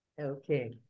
Okay